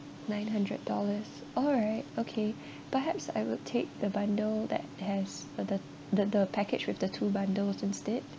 nine hundred dollars alright okay perhaps I would take the bundle that has a the the the package with the two bundles instead